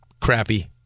crappy